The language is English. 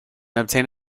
obtain